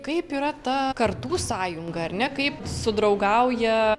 kaip yra ta kartų sąjunga ar ne kaip sudraugauja